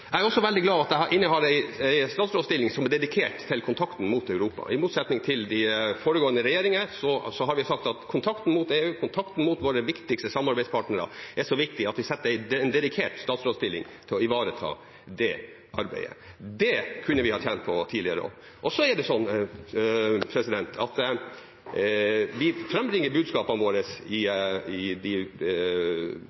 Jeg er også veldig glad for at jeg innehar en statsrådsstilling som er dedikert til kontakten med Europa. I motsetning til foregående regjeringer har vi sagt at kontakten med EU og våre viktigste samarbeidspartnere er så viktig at vi dedikerer en statsrådsstilling til å ivareta det arbeidet. Det kunne vi ha tjent på tidligere også. Så er det slik at vi frambringer budskapene våre i